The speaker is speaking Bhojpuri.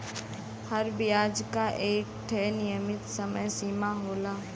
हर बियाज क एक ठे नियमित समय सीमा होला